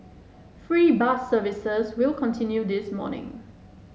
free bus services will continue this morning